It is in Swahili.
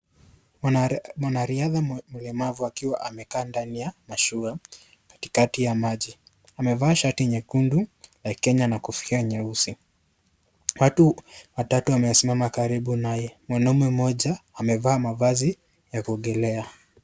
Mwanariadha mlemavu akiwa amekaa ndani ya ashua katikati ya maji, amevaa shati nyekundu ya Kenya na kofia nyeusi. watu watatu wamesimama karibu naye, mwanaume mmoja amevaa mavazi ya kuogelea.